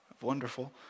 Wonderful